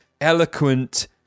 eloquent